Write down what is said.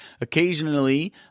Occasionally